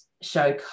show